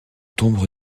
tombe